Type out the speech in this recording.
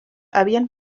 havien